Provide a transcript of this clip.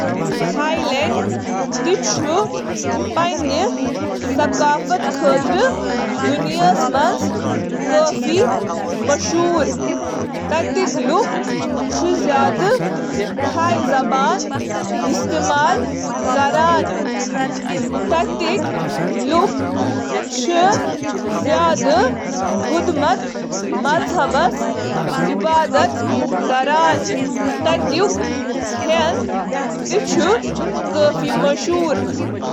Thai لینڈُک ثقافت چُھ واریاہ اثراتن ہند اکھ منفرد مرکب، یتھ منز شٲمل: مذہب، مذہب تھائی لینڈس منٛز چُھ بدھ مت غالب مذہب، یتھ منٛز ژتجی ساس, کھوتہٕ زیادٕ مندر چِھ۔ خاندان، تھائی خاندان چِھ واریاہ خاندانس پیٹھ مبنی، یمن منٛز زِٹھن ہنٛد احترام چُھ یوان کرنہٕ تہٕ یمن ہنٛد مشورٕ چُھ منگنہٕ یوان۔ تھانے کھٮ۪نَن چھُ پنِنہِ تازٕ جڑی بوٹیَو تہٕ پیداوارَو باپتھ زاننہٕ یِوان، گریٹنگ، مہمان نوازی، تھائی لینڈَس چھِ "لینڈ آف سمیلز" وننہٕ یِوان۔